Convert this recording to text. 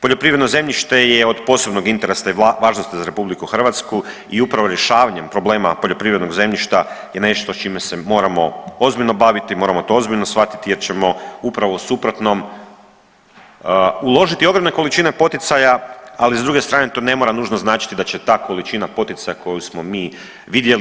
Poljoprivredno zemljište je od posebnog interesa važno za RH i upravo rješavanjem problema poljoprivrednog zemljišta je nešto čime se moramo ozbiljno baviti, moramo to ozbiljno shvatiti jer ćemo upravno u suprotnom uložiti ogromne količine poticaja, a s druge strane to ne mora nužno značiti da će ta količina poticaja koju smo mi vidjeli.